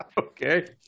Okay